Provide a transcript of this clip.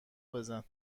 بزن